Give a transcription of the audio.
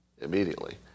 immediately